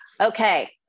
Okay